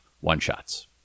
one-shots